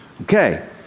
Okay